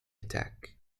attack